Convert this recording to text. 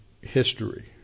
history